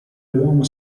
uomo